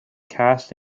cast